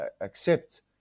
accept